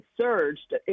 surged